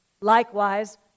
Likewise